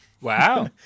Wow